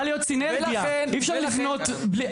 להיות סינרגיה אי אפשר לבנות בלי,